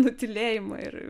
nutylėjimą ir